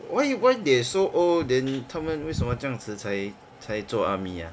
why why they so old then 他们为什么这样迟才才做 army ah